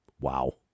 Wow